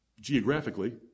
geographically